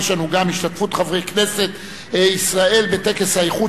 יש לנו גם: השתתפות חברי כנסת ישראל בטקס האיחוד